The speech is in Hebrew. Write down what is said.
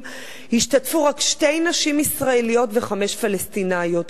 השתתפו רק שתי נשים ישראליות וחמש פלסטיניות.